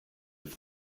have